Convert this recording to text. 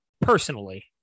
personally